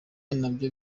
nabyo